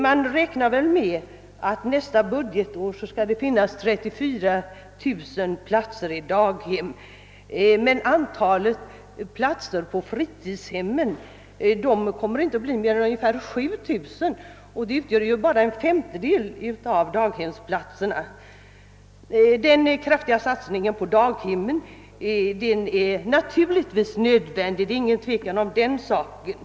Man räknar med att nästa budgetår skall det finnas 34000 daghemsplatser, men antalet platser i fritidshemmen kommer endast att bli ungefär 7000, alltså endast en femtedel av daghemsplatserna. Den kraftiga satsningen på daghemmen är naturligtvis nödvändig, det råder ingen tvekan om den saken.